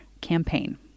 campaign